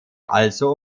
also